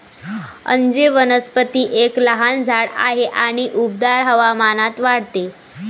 अंजीर वनस्पती एक लहान झाड आहे आणि उबदार हवामानात वाढते